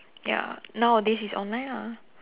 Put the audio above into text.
ya nowadays is online ah